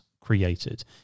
created